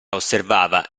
osservava